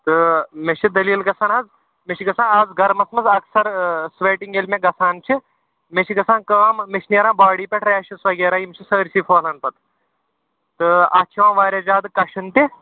تہٕ مےٚ چھِ دٔلیٖل گژھان حظ مےٚ چھِ گژھان اَز گَرمَس منٛز اَکثر سِویٚٹِنٛگ ییٚلہِ مےٚ گژھان چھِ مےٚ چھِ گژھان کٲم مےٚ چھِ نیران باڈی پیٚٹھ ریشٕز وَغیرہ یِم چھِ سٲرسٕے پہلان پَتہٕ تہٕ اَتھ چھُ یِوان واریاہ زیاد کَشُن تہِ